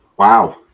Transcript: Wow